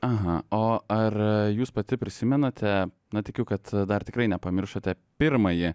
aha o ar jūs pati prisimenate na tikiu kad dar tikrai nepamiršote pirmąjį